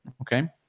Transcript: okay